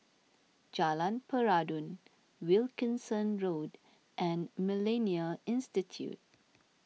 Jalan Peradun Wilkinson Road and Millennia Institute